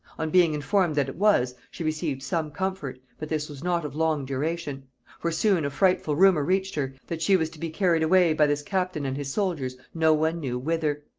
on being informed that it was, she received some comfort, but this was not of long duration for soon a frightful rumor reached her, that she was to be carried away by this captain and his soldiers no one knew whither.